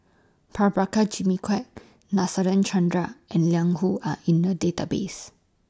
Prabhakara Jimmy Quek Nadasen Chandra and Liang Hu Are in The Database